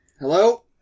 Hello